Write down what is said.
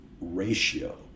ratio